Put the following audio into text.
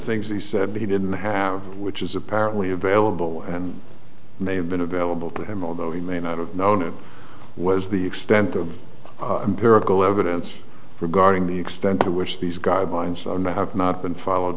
things he said he didn't have which is apparently available and may have been available to him although he may not have known it was the extent of empirical evidence regarding the extent to which these guidelines are now have not been follow